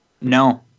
No